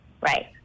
right